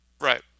Right